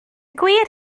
gwir